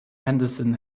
henderson